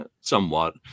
somewhat